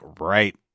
right